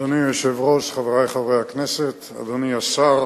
אדוני היושב-ראש, חברי חברי הכנסת, אדוני השר,